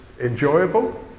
enjoyable